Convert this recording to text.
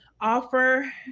offer